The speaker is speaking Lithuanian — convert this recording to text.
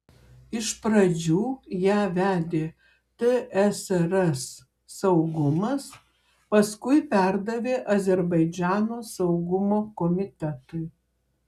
iš pradžių ją vedė tsrs saugumas paskui perdavė azerbaidžano saugumo komitetui